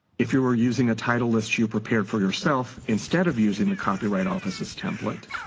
if you are using a title list you you prepared for yourself, instead of using the copyright office's template,